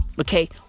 Okay